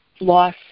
loss